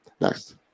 next